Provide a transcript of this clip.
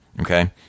okay